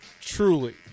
truly